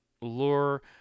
lure